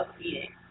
eating